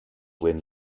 wind